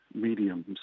mediums